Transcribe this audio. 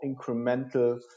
incremental